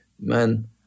man